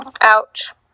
Ouch